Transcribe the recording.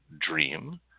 Dream